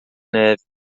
neve